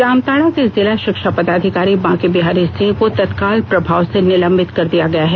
जामताड़ा के जिला शिक्षा पदाधिकारी बांके बिहारी सिंह को तत्काल प्रभाव से निलंबित कर दिया गया है